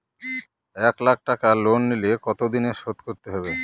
এক লাখ টাকা লোন নিলে কতদিনে শোধ করতে হবে?